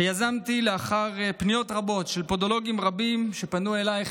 שיזמתי לאחר פניות רבות של פודולוגים רבים שפנו אליי,